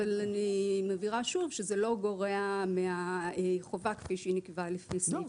אבל אני מבהירה שוב שזה לא גורע מהחובה כפי שהיא נקבעה לפי סעיף 64. לא,